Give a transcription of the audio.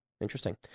Interesting